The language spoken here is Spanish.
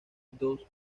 dos